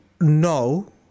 no